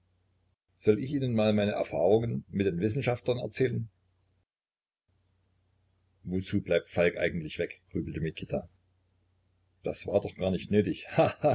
soll ich ihnen mal meine erfahrungen mit den wissenschaftlern erzählen wozu bleibt falk eigentlich weg grübelte mikita das war doch gar nicht nötig